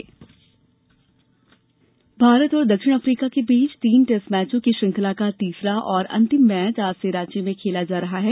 cricket Bharat और दक्षिण Africa के बीच तीन टैस्ट मैचों की श्रृंखला का तीसरा और अंतिम मैच आज से रांची में खेला जा रहा है